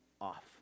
off